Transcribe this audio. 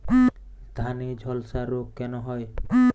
ধানে ঝলসা রোগ কেন হয়?